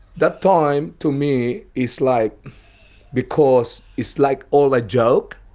that time, to me it's like because it's like all a joke.